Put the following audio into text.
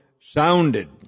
sounded